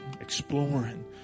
exploring